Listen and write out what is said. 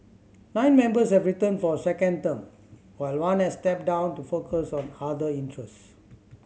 nine members have returned for a second term while one has stepped down to focus on other interest